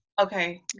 Okay